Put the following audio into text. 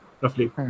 roughly